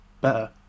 better